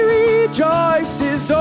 rejoices